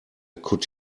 could